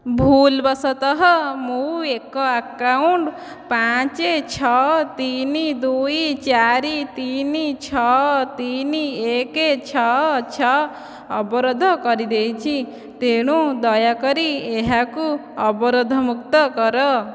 ଭୁଲ ବଶତଃ ମୁଁ ଏକ ଆକାଉଣ୍ଟ ପାଞ୍ ଛଅ ତିନି ଦୁଇ ଚାରି ତିନି ଛଅ ତିନି ଏକ ଛଅ ଛଅ ଅବରୋଧ କରିଦେଇଛି ତେଣୁ ଦୟାକରି ଏହାକୁ ଅବରୋଧମୁକ୍ତ କର